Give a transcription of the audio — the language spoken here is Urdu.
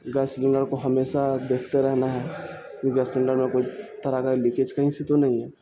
گیس سلینڈر کو ہمیشہ دیکھتے رہنا ہے گیس سلینڈر میں کوئی طرح کا لیکیج کہیں سے تو نہیں ہے